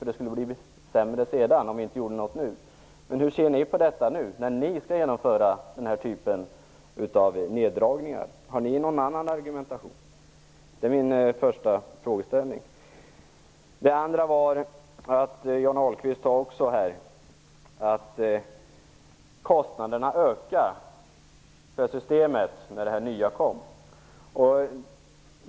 Det skulle bli sämre sedan om vi inte gjorde något nu. Hur ser ni på detta när ni nu skall genomföra den här typen av nerdragningar? Har ni någon annan argumentation? Det är min första frågeställning. Johnny Ahlqvist sade också här att kostnaderna för systemet ökade när det nya kom.